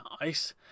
nice